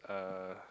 uh